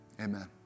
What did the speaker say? Amen